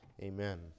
Amen